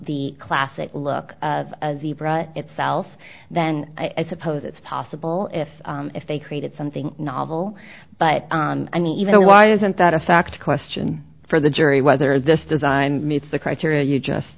the classic look itself then i suppose it's possible if if they created something novel but i mean even why isn't that a fact question for the jury whether this design meets the criteria you just